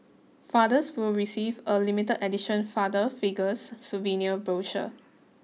fathers will receive a limited edition Father Figures souvenir brochure